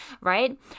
right